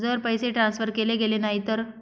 जर पैसे ट्रान्सफर केले गेले नाही तर?